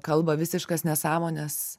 kalba visiškas nesąmones